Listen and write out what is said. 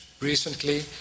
recently